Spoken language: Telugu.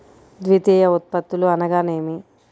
ద్వితీయ ఉత్పత్తులు అనగా నేమి?